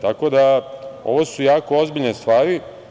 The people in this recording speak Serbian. Tako da, ovo su jako ozbiljne stvari.